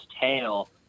tail